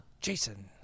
Jason